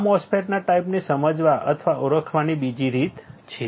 આ MOSFET ના ટાઈપને સમજવા અથવા ઓળખવાની બીજી રીત છે